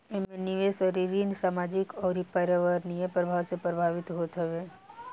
एमे निवेश अउरी ऋण सामाजिक अउरी पर्यावरणीय प्रभाव से प्रभावित होत हवे